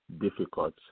difficult